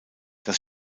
das